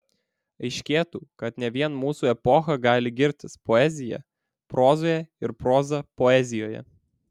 aiškėtų kad ne vien mūsų epocha gali girtis poezija prozoje ir proza poezijoje